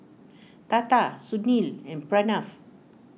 Tata Sunil and Pranav